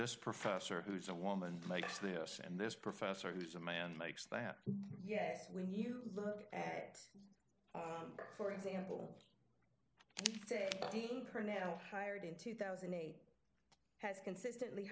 this professor who's a woman makes this and this professor who's a man makes that yes when you look at for example the personnel hired in two thousand and eight has consistently